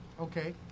okay